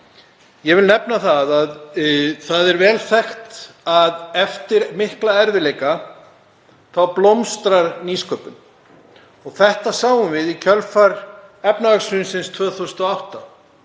ég vil nefna að það er vel þekkt að eftir mikla erfiðleika blómstrar nýsköpun. Þetta sáum við í kjölfar efnahagshrunsins 2008